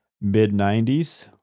mid-90s